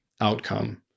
outcome